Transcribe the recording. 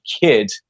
kid